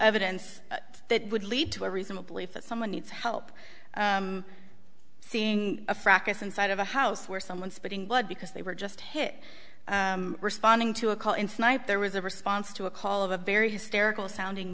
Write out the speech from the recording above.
evidence that would lead to a reasonably fit someone needs help seeing a frack us inside of a house where someone spitting blood because they were just hit responding to a call in tonight there was a response to a call of a very hysterical sounding